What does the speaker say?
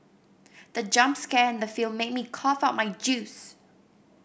the jump scare in the film made me cough out my juice